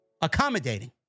accommodating